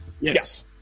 Yes